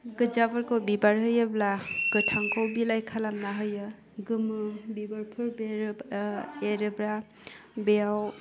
गोज्जाफोरखौ बिबार होयोब्ला गोथांखौ बिलाइ खालामना होयो गोमो बिबारफोर बेरो ओह एरोब्ला बेयाव